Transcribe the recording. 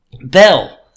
Bell